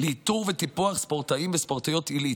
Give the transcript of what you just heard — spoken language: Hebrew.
לאיתור ולטיפוח ספורטאים וספורטאיות עילית,